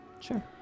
Sure